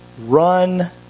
run